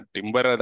Timber